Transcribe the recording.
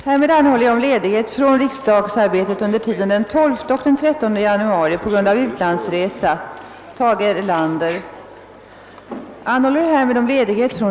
Herr ålderspresident, ärade kammarledamöter!